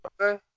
Okay